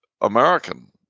American